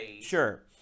Sure